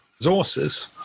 resources